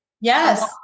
Yes